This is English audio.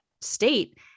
state